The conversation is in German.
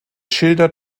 schildert